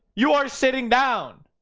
you are sitting down.